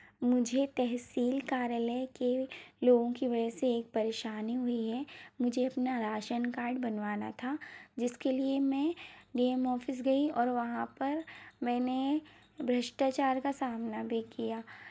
मुझे तहसील कार्यालय के लोगों की वजह से एक परेशानी हुई है मुझे अपना राशन कार्ड बनवाना था जिसके लिए मैं डी एम ऑफिस गई और वहाँ पर मैंने भ्रष्टाचार का सामना भी किया